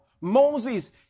Moses